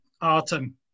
Artem